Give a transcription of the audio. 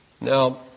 Now